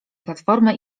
platformę